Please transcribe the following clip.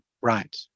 right